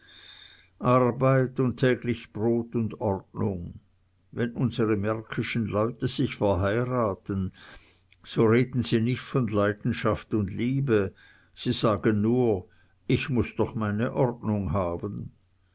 arbeit und täglich brot und ordnung wenn unsre märkischen leute sich verheiraten so reden sie nicht von leidenschaft und liebe sie sagen nur ich muß doch meine ordnung haben